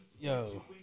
Yo